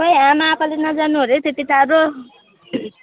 खै आमा यो पालि नजानु अरे है त्यति टाढो